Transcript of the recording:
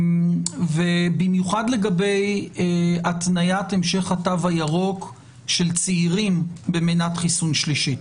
במיוחד לגבי התניית המשך התו הירוק של צעירים במנת חיסון שלישית.